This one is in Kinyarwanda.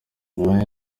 nyuma